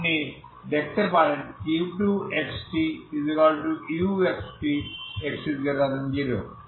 আপনি দেখতে পারেন u2xtuxt x0